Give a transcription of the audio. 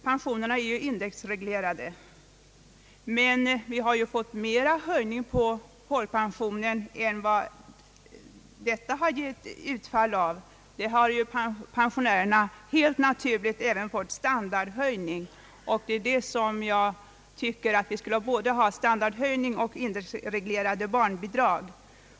Pensionerna är ju indexreglerade, men vi har fått mera höjning av folkpensionen än vad indexregleringen motiverar. Pensionärerna har helt naturligt även fått standardhöjning. Jag tycker att vi borde ha både standardhöjning och indexreglerade barnbidrag.